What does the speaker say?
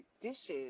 dishes